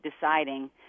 deciding